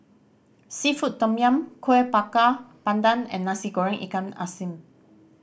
seafood tom yum Kuih Bakar Pandan and Nasi Goreng ikan masin